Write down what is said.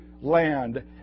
land